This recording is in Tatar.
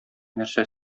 нәрсә